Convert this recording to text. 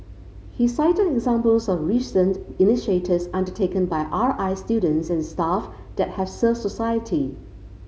he cited examples of recent initiatives undertaken by R I students and staff that have served society